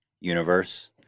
universe